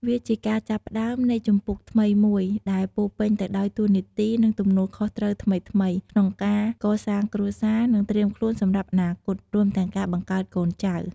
វាជាការចាប់ផ្តើមនៃជំពូកថ្មីមួយ ដែលពោរពេញទៅដោយតួនាទី និងទំនួលខុសត្រូវថ្មីៗ ក្នុងការកសាងគ្រួសារ និងត្រៀមខ្លួនសម្រាប់អនាគត រួមទាំងការបង្កើតកូនចៅ។